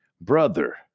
brother